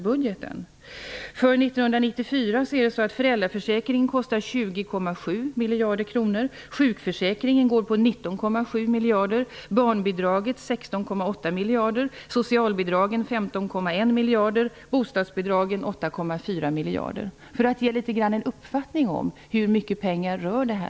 För 1994 kostar föräldraförsäkringen 20,7 miljarder kronor, sjukförsäkringen går på 19,7 miljarder, barnbidraget 16,8 miljarder, socialbidragen 15,1 miljarder och bostadsbidragen 8,4 miljarder. Detta ger en liten uppfattning om hur mycket pengar det rör sig om.